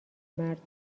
مرد